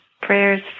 prayers